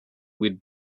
with